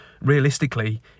realistically